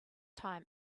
time